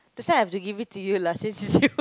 that's why I have to give it to you lah since it's you